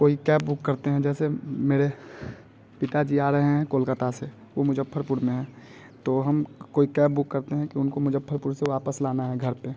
कोई cab book करते हैं जैसे मेरे पिताजी आ रहे हैं कोलकाता से वो मुजफ्फपुर में हैं तो हम कोई कैब बुक करते हैं कि उनको मुजफ्फपुर से वापस लाना है घर पे